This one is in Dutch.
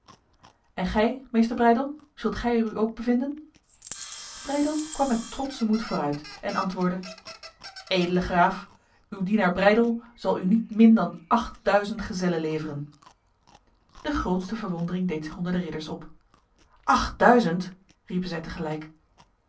en gij meester breydel zult gij er u ook bevinden breydel kwam met trotse moed vooruit en antwoordde edele graaf uw dienaar breydel zal u niet min dan achtduizend gezellen leveren de grootste verwondering deed zich onder de ridders op achtduizend riepen zij tegelijk